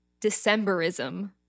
Decemberism